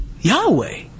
Yahweh